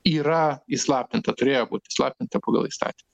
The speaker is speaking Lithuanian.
yra įslaptinta turėjo būti įslaptinta pagal įstatymus